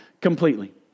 completely